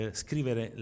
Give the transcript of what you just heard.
scrivere